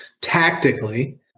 Tactically